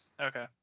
okay